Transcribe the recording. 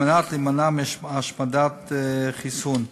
כדי להימנע מהשמדת חיסון.